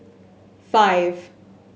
five